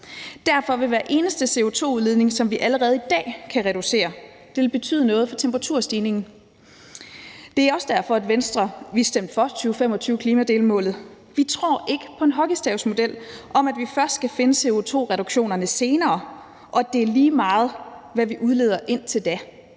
Derfor vil hver eneste CO2-udledning, som vi allerede i dag kan reducere, betyde noget for temperaturstigningen. Det er også derfor, at Venstre stemte for 2025-klimadelmålet. Vi tror ikke på en hockeystavsmodel om, at vi først skal finde CO2-reduktionerne senere, eller på, at det er lige meget, hvad vi udleder indtil da.